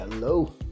Hello